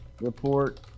report